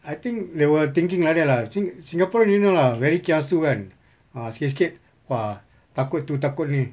I think they were thinking like that lah sing~ singaporean you know lah very kiasu kan ah sikit sikit !wah! takut tu takut ni